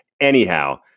anyhow